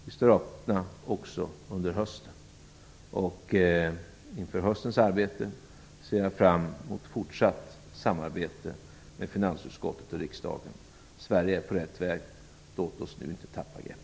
Vi står öppna också under hösten, och inför höstens arbete ser jag fram emot ett fortsatt samarbete med finansutskottet och med riksdagen. Sverige är på rätt väg. Låt oss nu inte tappa greppet!